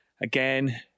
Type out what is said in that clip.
Again